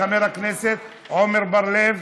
חבר הכנסת עמר בר-לב,